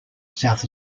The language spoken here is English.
south